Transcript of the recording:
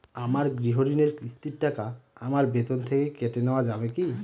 আমার গৃহঋণের কিস্তির টাকা আমার বেতন থেকে কেটে নেওয়া যাবে কি?